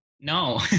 No